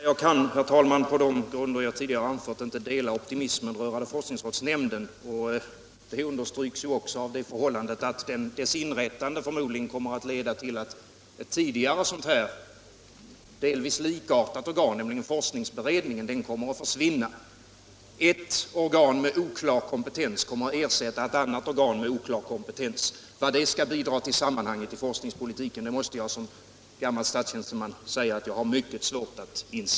Herr talman! Jag kan på de grunder jag tidigare anfört inte dela optimismen rörande forskningsrådsnämnden. Detta understryks också av det förhållandet att dess inrättande förmodligen kommer att leda till att ett tidigare, delvis likartat organ, nämligen forskningsberedningen, kommer att försvinna. Ett organ med oklar kompetens kommer att ersätta ett annat organ med oklar kompetens. På vad sätt det skall kunna bidra till forskningspolitiken måste jag som gammal statstjänsteman säga att jag har svårt att inse.